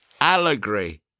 Allegory